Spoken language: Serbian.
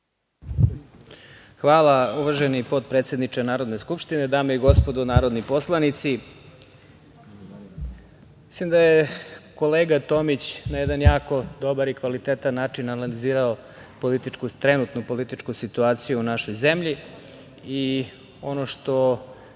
Hvala, uvaženi potpredsedniče Narodne skupštine, dame i gospodo narodni poslanici. Mislim da je kolega Tomić na jedan jako dobar i kvalitetan način analizirao trenutnu političku situaciju u našoj zemlji i ono što